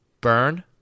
Burn